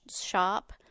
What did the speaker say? shop